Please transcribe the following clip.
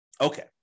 Okay